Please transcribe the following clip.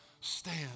Stand